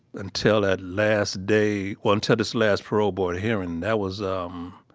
until that last day or until this last parole board hearing. that was, um,